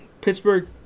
Pittsburgh